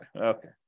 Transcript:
Okay